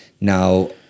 Now